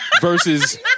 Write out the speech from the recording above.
versus